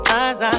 eyes